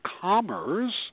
commerce